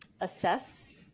assess